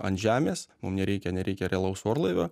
ant žemės mum nereikia nereikia realaus orlaivio